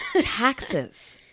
taxes